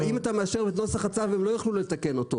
אם אתה מאשר את נוסח הצו הם לא יוכלו לתקן אותו,